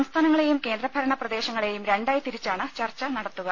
സംസ്ഥാനങ്ങളെയും കേന്ദ്രഭരണ പ്രദേശങ്ങളെയും രണ്ടായി തിരിച്ചാണ് ചർച്ച നടത്തുക